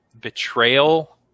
betrayal